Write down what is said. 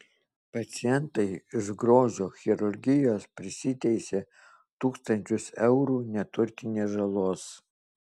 pacientai iš grožio chirurgijos prisiteisė tūkstančius eurų neturtinės žalos